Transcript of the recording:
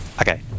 Okay